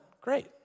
great